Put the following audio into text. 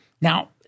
Now